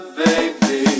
baby